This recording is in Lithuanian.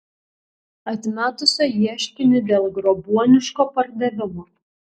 atmetusio ieškinį dėl grobuoniško pardavimo